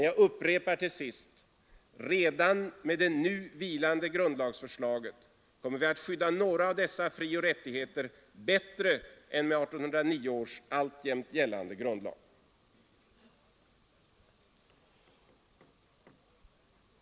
Jag upprepar till sist: Redan med det nu vilande grundlagsförslaget kommer vi att skydda några av dessa frioch rättigheter bättre än med 1809 års alltjämt gällande grundlag.